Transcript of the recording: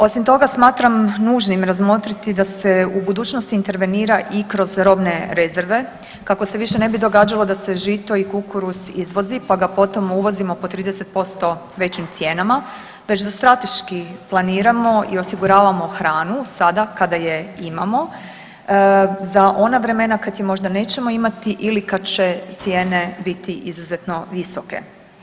Osim toga smatram nužnim razmotriti da se u budućnosti intervenira i kroz robne rezerve kako se više ne bi događalo da se žito i kukuruz izvoz pa ga potom uvozimo po 30% većim cijenama, već da strateški planiramo i osiguravamo hranu sada kada je imamo za ona vremena kad je možda nećemo imati ili kad će cijene biti izuzetno visoke.